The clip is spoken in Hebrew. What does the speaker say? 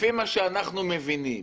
לפי מה שאנחנו מבינים,